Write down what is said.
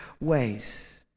ways